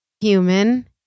human